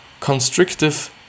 constrictive